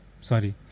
Sorry